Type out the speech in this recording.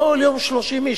כל יום 30 איש.